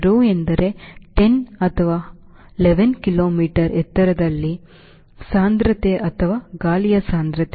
Rho ಎಂದರೆ 10 ರಿಂದ 11 kilometre ಎತ್ತರದಲ್ಲಿ ಎತ್ತರದ ಸಾಂದ್ರತೆ ಅಥವಾ ಗಾಳಿಯ ಸಾಂದ್ರತೆ